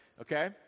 okay